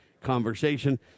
conversation